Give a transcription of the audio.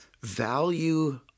value